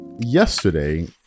Yesterday